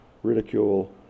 Ridicule